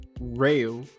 rail